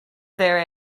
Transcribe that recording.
there